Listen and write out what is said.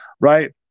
right